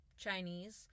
Chinese